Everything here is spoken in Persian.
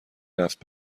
رفت